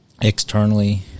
Externally